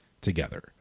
together